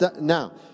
now